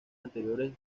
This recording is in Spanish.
anteriores